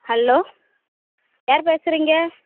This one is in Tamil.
ஹலோ யார் பேசுகிறீங்க